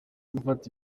gufata